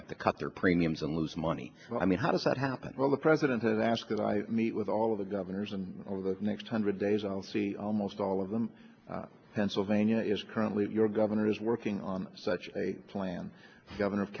have to cut their premiums and lose money i mean how does that happen well the president has asked that i meet with all of the governors and over the next hundred days i'll see almost all of them pennsylvania is currently if you're governor is working on such a plan governor of